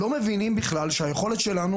לא מבינים בכלל שהיכולת שלנו,